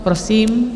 Prosím.